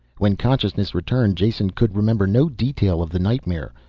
when consciousness returned jason could remember no detail of the nightmare.